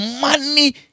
money